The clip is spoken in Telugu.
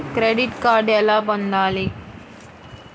క్రెడిట్ కార్డు ఎలా పొందాలి?